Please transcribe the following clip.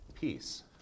peace